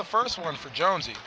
the first one for jones you